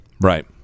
right